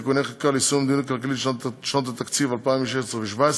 חבר הכנסת ביטן, אדוני מציג את בקשת ועדת הכלכלה?